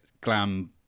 glam